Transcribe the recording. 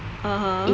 (uh huh)